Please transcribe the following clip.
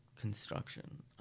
construction